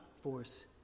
force